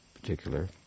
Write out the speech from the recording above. particular